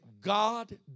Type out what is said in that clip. God